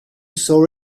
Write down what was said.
saw